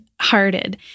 hearted